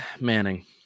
Manning